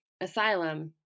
asylum